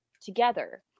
together